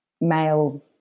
male